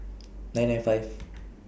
nine nine five